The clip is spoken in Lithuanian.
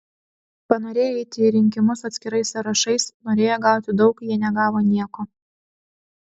panorėję eiti į rinkimus atskirais sąrašais norėję gauti daug jie negavo nieko